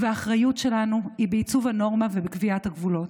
והאחריות שלנו היא בעיצוב הנורמה ובקביעת הגבולות.